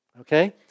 okay